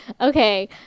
okay